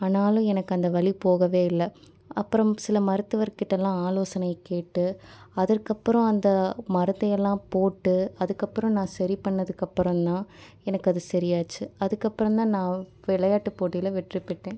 ஆனாலும் எனக்கு அந்த வலி போகவே இல்லை அப்புறம் சில மருத்துவர்க் கிட்டலாம் ஆலோசனை கேட்டு அதற்கப்புறம் அந்த மருந்தை எல்லாம் போட்டு அதுக்கப்புறம் நான் சரி பண்ணதுக்கப்புறம் தான் எனக்கு அது சரியாச்சு அதுக்கப்புறம் தான் நான் விளையாட்டு போட்டியில வெற்றி பெற்றேன்